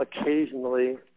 occasionally